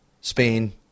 Spain